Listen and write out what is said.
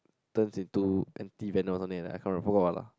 turns into anti venom or something like that I can't remember forgot what lah